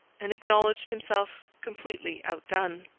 and acknowledged himself completely outdone.